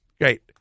Great